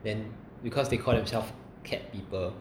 then because they call themselves cat people